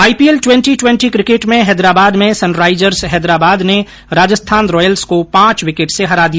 IPL twenty twenty cricket में हैदराबाद में Sunrisers Hyderabad ने राजस्थान रॉयल्स को पांच विकेट से हरा दिया